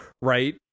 right